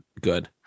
Good